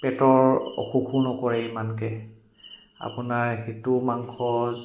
পেটৰ অসুখো নকৰে ইমানকৈ আপোনাৰ সেইটো মাংসৰ